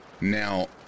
Now